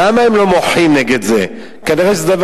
למה הם לא מוחים נגד זה?